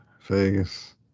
Vegas